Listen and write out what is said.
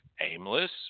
aimless